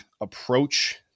approach